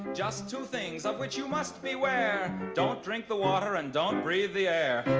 just two things of which you must be aware. don't drink the water and don't breathe the air